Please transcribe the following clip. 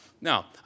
Now